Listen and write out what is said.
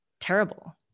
terrible